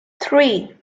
three